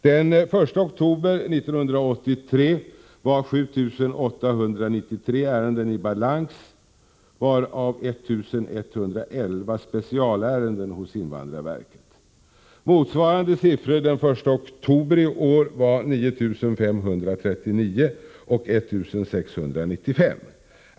Den 1 oktober 1983 var 7 893 ärenden i balans, därav 1 111 specialärenden hos invandrarverket. Motsvarande siffror den 1 oktober i år var 9 539 och 1 695.